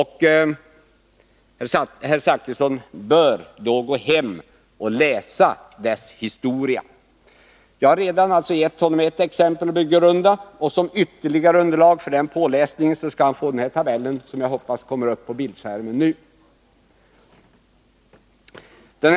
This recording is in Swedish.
Herr Zachrisson bör gå hem och läsa dess historia. Jag har redan gett honom ett exempel att begrunda. Som ytterligare underlag för sin påläsning kan han ta del av den tabell som presenteras i snabbprotokollet.